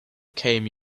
came